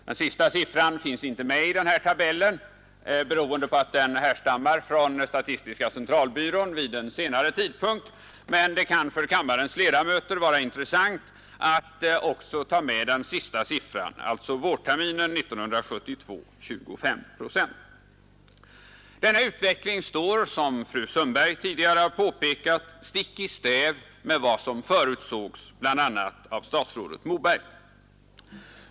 Den sistnämnda siffran finns inte i tabellen, beroende på att den härstammar från statistiska centralbyrån vid en senare tidpunkt, men det kan för kammarens ledamöter vara intressant att ta med också den senaste siffran, alltså för vårterminen 1972:25 procent. Denna utveckling går, som fru Sundberg tidigare har påpekat, stick i stäv med vad som förutsågs, bl.a. av statsrådet Moberg.